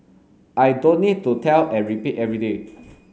I don't need to tell and repeat every day